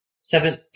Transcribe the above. seven